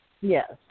Yes